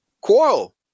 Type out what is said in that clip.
quarrel